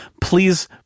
please